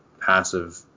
passive